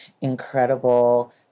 incredible